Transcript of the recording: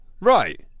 Right